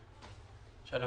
עבודה)